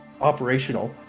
operational